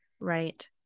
right